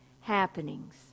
happenings